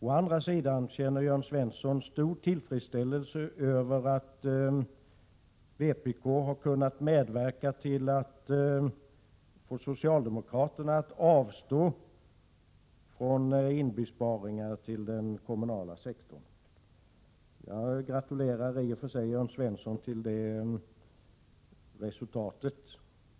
Å andra sidan känner Jörn Svensson stor tillfredsställelse över att vpk kunnat medverka till att få socialdemokraterna att avstå från besparingar på den kommunala sektorn. Jag gratulerar i och för sig Jörn Svensson till det resultatet.